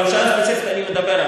על ירושלים ספציפית אני אדבר,